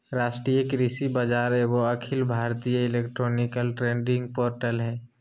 राष्ट्रीय कृषि बाजार एगो अखिल भारतीय इलेक्ट्रॉनिक ट्रेडिंग पोर्टल हइ